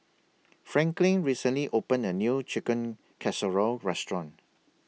Franklin recently opened A New Chicken Casserole Restaurant